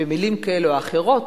במלים כאלה או אחרות,